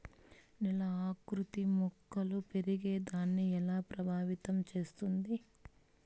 నేల ఆకృతి మొక్కలు పెరిగేదాన్ని ఎలా ప్రభావితం చేస్తుంది?